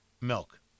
milk